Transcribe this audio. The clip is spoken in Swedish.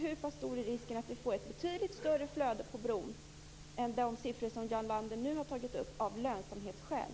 Hur stor är risken att vi av lönsamhetsskäl får ett betydligt större trafikflöde på bron än det Jarl